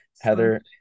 heather